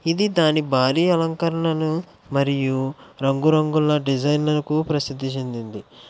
ఇది దాని భారీ అలంకరణను మరియు రంగురంగుల డిజైన్లకు ప్రసిద్ధి చెందింది